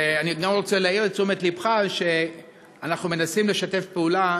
ואני גם רוצה להעיר את תשומת לבך שאנחנו מנסים לשתף פעולה,